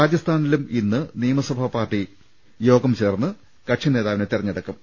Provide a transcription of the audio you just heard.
രാജസ്ഥാനിലും ഇന്ന് നിയമസഭാപാർട്ടി യോഗം ചേർന്ന് കക്ഷി നേതാവിനെ തെരഞ്ഞെടുക്കും